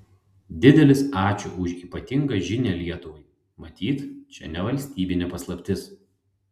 didelis ačiū už ypatingą žinią lietuvai matyt čia ne valstybinė paslaptis